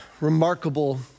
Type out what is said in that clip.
remarkable